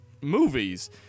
movies